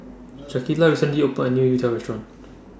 Shaquita recently opened A New Youtiao Restaurant